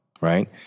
Right